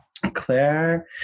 Claire